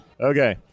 okay